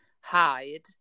hide